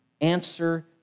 answer